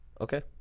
Okay